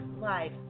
live